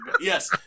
Yes